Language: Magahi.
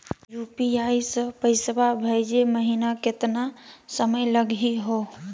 यू.पी.आई स पैसवा भेजै महिना केतना समय लगही हो?